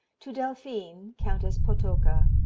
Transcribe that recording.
to delphine, countess potocka,